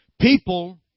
People